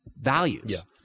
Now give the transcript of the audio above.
values